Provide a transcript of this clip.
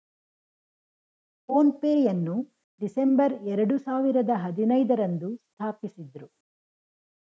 phone pay ಯನ್ನು December ಎರಡು ಸಾವಿರದ ಹದಿನೈದು ರಂದು ಸ್ಥಾಪಿಸಿದ್ದ್ರು